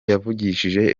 yavugishije